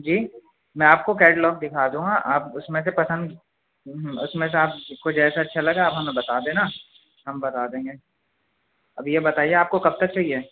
جی میں آپ کو کیٹلگ دکھا دوں گا آپ اس میں سے پسند اس میں سے آپ کو جیسا اچھا لگا آپ ہمیں بتا دینا ہم بتا دیں گے اب یہ بتائیے آپ کو کب تک چاہیے